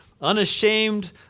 unashamed